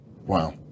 Wow